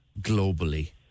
globally